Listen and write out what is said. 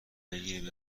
بگیری